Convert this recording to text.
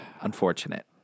unfortunate